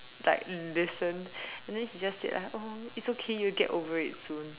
like listened and then she just said like oh it's okay you'll get over it soon